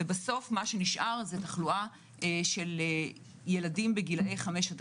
בסוף מה שנשאר זה תחלואה של ילדים בגילאי 5 עד